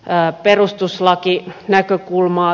eräät perustuslakien näkökulmaa